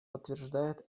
подтверждает